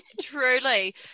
Truly